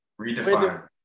Redefine